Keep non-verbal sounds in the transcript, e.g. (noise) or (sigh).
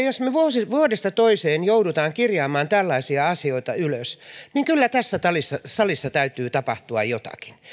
(unintelligible) jos me vuodesta toiseen joudumme kirjaamaan tällaisia asioita ylös niin kyllä tässä tässä salissa täytyy tapahtua jotakin